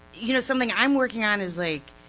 you know something i'm working on is like,